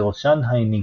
בראשן האניגמה.